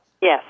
Yes